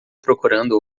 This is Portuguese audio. procurando